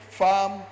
farm